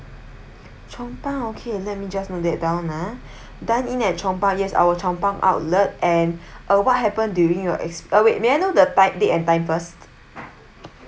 chong pang okay let me just dead downer done in at chong pang yes our chong pang outlet and a what happened during your ex~ uh wait may I know the ti~ date and time first